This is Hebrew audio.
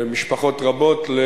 במשפחות רבות,